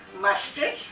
mustard